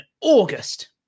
August